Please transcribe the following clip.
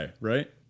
right